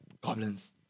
goblins